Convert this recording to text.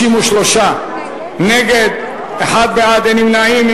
63 נגד, אחד בעד, אין נמנעים.